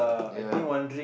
ya